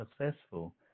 successful